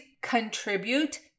contribute